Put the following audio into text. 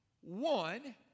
one